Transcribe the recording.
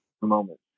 moment